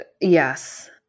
Yes